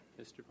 Mr